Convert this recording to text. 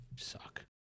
Suck